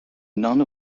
none